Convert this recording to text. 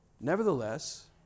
Nevertheless